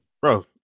bro